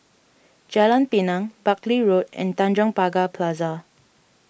Jalan Pinang Buckley Road and Tanjong Pagar Plaza